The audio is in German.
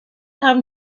haben